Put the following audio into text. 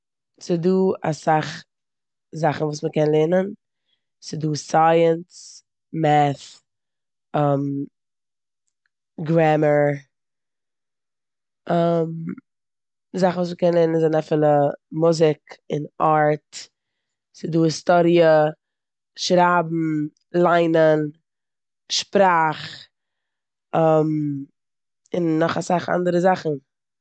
ס'דא אסאך זאכן וואס מ'קען לערנען. ס'דא סייענס, מעט, גרעממער, זאכן וואס מ'קען לערנען זענען אפילו מוזיק און ארט. ס'דא היסטאריע, שרייבן, ליינען, שפראך, און נאך אסאך אנדערע זאכן.